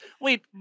wait